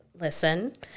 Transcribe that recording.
Listen